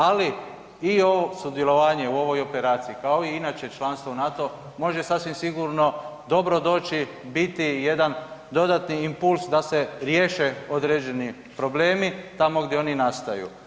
Ali i ovo sudjelovanje u ovoj operaciji, kao i inače članstvo u NATO može sasvim sigurno dobro doći, biti jedan dodatni impuls da se riješe određeni problemi tamo gdje oni nastaju.